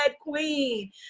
queen